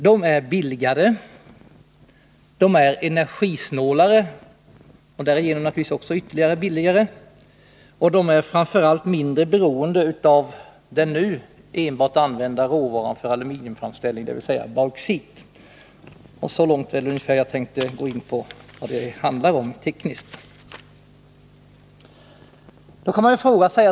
De är billigare, de är energisnålare — och därigenom naturligtvis också ännu billigare — och de är framför allt mindre beroende av den enda nu använda råvaran för aluminiumframställning, dvs. bauxit. Så långt tänkte jag gå in på vad denna fråga tekniskt handlar om.